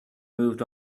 moved